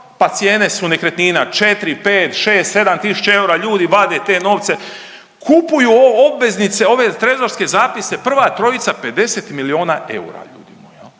Pa cijene su nekretnina 4, 5, 6, 7000 eura. Ljudi vade te novce, kupuju obveznice ove trezorske zapise, prva trojica 50 milijona eura. Pa ljudi moji